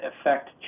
affect